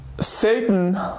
Satan